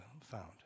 found